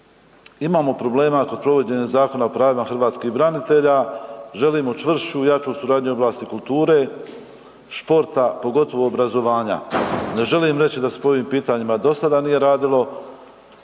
imamo problema kod provođenja Zakona o pravima hrvatskih branitelja, želimo čvršću i jaču suradnju u oblasti kulture, športa, pogotovo obrazovanja. Ne želim reći da se po ovim pitanjima do sada nije radilo,